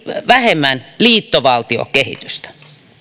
vähemmän liittovaltiokehitystä